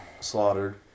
slaughtered